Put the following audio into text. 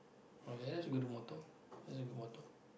!wah! th~ that's a good motto that's a good motto